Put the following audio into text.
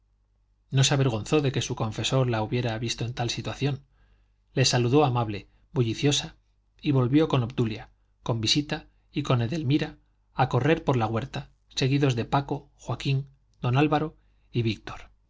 no se avergonzó de que su confesor la hubiera visto en tal situación le saludó amable bulliciosa y volvió con obdulia con visita y con edelmira a correr por la huerta seguidas de paco joaquín don álvaro y don víctor